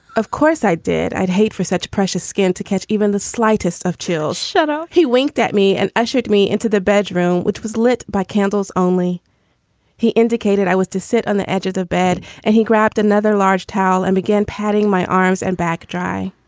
of course i did. i'd hate for such precious skin to catch even the slightest of chills. shudder. he winked at me and assured me into the bedroom, which was lit by candles. only he indicated i was to sit on the edge of the bed, and he grabbed another large towel and began padding my arms and back dry.